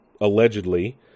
allegedly